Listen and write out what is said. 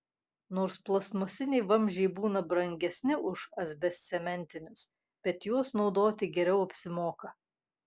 nors plastmasiniai vamzdžiai būna brangesni už asbestcementinius bet juos naudoti geriau apsimoka